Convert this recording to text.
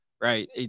right